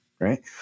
right